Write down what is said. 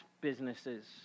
businesses